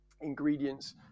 ingredients